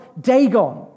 Dagon